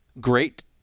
great